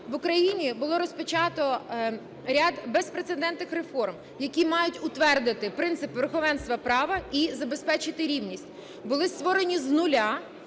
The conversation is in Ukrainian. в Україні було розпочато ряд безпрецедентних реформ, які мають утвердити принцип верховенства права і забезпечити рівність. Були створені з нуля